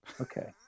okay